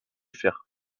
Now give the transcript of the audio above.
fer